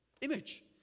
image